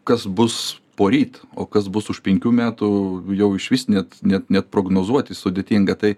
kas bus poryt o kas bus už penkių metų jau išvis net net net prognozuoti sudėtinga tai